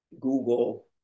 Google